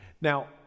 Now